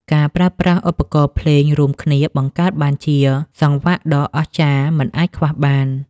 ការប្រើប្រាស់ឧបករណ៍ភ្លេងរួមគ្នាបង្កើតបានជាសង្វាក់ដ៏អស្ចារ្យមិនអាចខ្វះបាន។